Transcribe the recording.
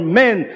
men